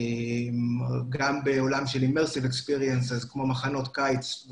גם בעולם של אימרסיב אקספירנס כמו מחנות קיץ,